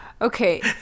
Okay